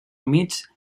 humits